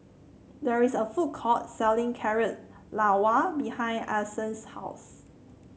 there is a food court selling Carrot Halwa behind Alyson's house